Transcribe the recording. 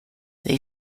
they